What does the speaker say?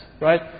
right